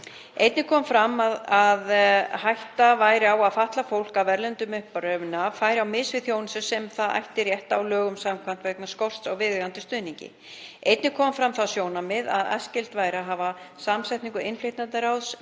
Einnig kom fram að hætta væri á því að fatlað fólk af erlendum uppruna færi á mis við þjónustu sem það ætti rétt á lögum samkvæmt vegna skorts á viðeigandi stuðningi. Einnig kom fram það sjónarmið að æskilegt væri að hafa samsetningu innflytjendaráðs